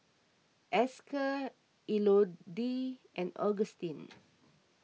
Esker Elodie and Agustin